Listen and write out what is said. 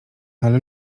ale